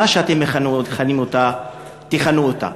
מה שאתם מכנים אותה תכנו אותה,